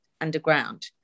underground